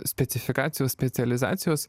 specifikacijos specializacijos